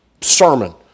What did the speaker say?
sermon